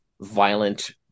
violent